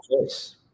choice